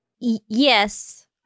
Yes